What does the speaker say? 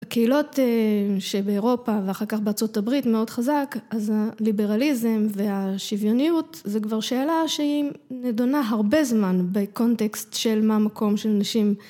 הקהילות שבאירופה ואחר כך בארה״ב מאוד חזק אז הליברליזם והשוויוניות זה כבר שאלה שהיא נדונה הרבה זמן בקונטקסט של מה המקום של נשים